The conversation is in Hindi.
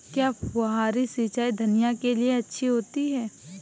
क्या फुहारी सिंचाई धनिया के लिए अच्छी होती है?